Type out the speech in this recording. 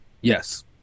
Yes